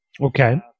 Okay